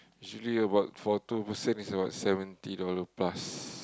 usually about for two person is about seventy dollars plus